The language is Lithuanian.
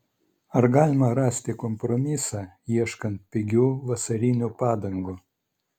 ar galima rasti kompromisą ieškant pigių vasarinių padangų